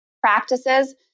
practices